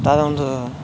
ಮುಂತಾದ ಒಂದು